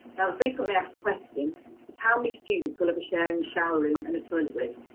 frequently asked question is how many students will have a sharing shower room and a toilet with,